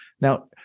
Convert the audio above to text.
Now